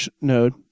node